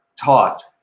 taught